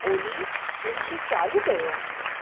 ओली हिनखे चालू कयो